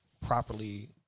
properly